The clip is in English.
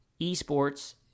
esports